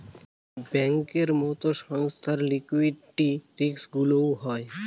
ব্যাঙ্কের মতো সংস্থার লিকুইডিটি রিস্কগুলোও হয়